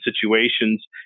situations